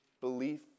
Belief